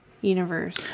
universe